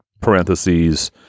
parentheses